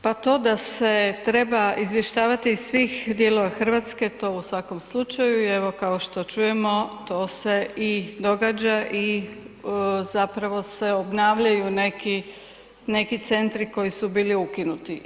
Pa to da se treba izvještavati iz svih dijelova Hrvatske, to u svakom slučaju i evo kao što čujemo to se i događa i zapravo se obnavljaju neki centri koji su bili ukinuti.